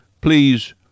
Please